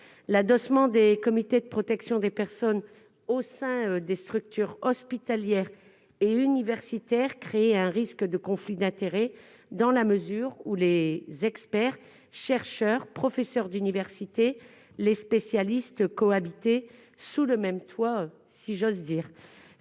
l'adossement des comités de protection des personnes au sein des structures hospitalières et universitaires, un risque de conflit d'intérêt dans la mesure où les experts, chercheurs, professeurs d'université, les spécialistes cohabiter sous le même toit, si j'ose dire,